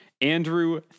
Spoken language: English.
Andrew